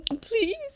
please